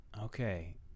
Okay